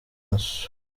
maso